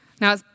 Now